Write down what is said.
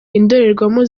indorerwamo